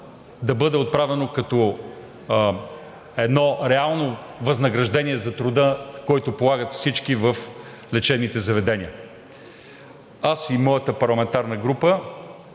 да бъде отправено като едно реално възнаграждение за труда, който полагат всички в лечебните заведения. Аз и моята парламентарна група